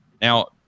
Now